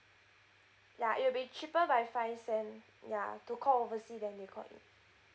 ya it will be cheaper by five cent ya to call oversea then they call in